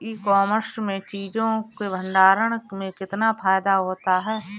ई commerce में चीज़ों के भंडारण में कितना फायदा होता है?